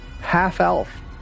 half-elf